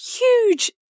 huge